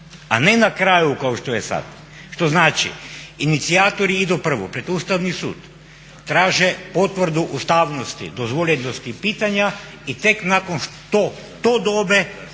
a ne na kraju kao što je sad, što znači inicijatori idu prvo pred Ustavni sud, traže potvrdu ustavnosti, dozvoljenosti pitanja. I tek nakon što to dobe